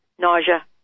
nausea